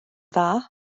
dda